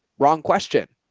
wrong question?